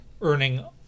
earning